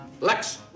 Lex